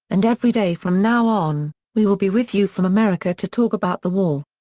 and every day from now on, we will be with you from america to talk about the war.